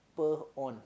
spur on